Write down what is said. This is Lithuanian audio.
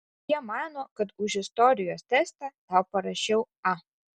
jie mano kad už istorijos testą tau parašiau a